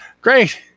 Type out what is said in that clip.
great